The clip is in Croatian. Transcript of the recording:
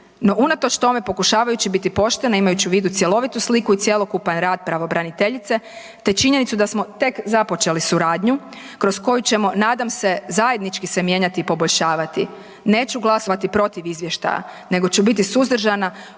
No unatoč tome pokušavajući biti poštena, imajući u vidu cjelovitu sliku i cjelokupan rad pravobraniteljice te činjenicu da smo tek započeli suradnju kroz koju ćemo nadam se zajednički se mijenjati i poboljšavati, neću glasovati protiv izvještaja nego ću biti suzdržana u